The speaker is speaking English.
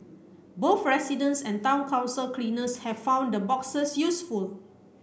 both residents and town council cleaners have found the boxes useful